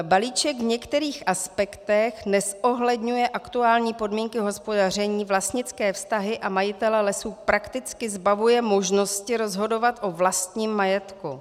Balíček v některých aspektech nezohledňuje aktuální podmínky hospodaření, vlastnické vztahy a majitele lesů prakticky zbavuje možnosti rozhodovat o vlastním majetku.